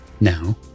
now